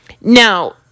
Now